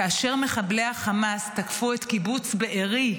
כאשר מחבלי החמאס תקפו את קיבוץ בארי,